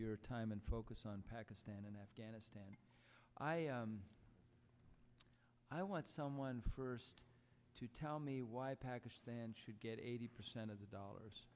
your time and focus on pakistan and afghanistan i want someone first to tell me why pakistan should get eighty percent of the dollars